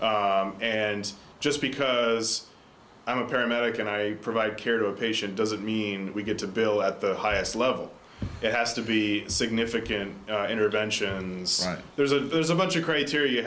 two and just because i'm a paramedic and i provide care to a patient doesn't mean we get a bill at the highest level it has to be significant interventions there's a there's a bunch of crate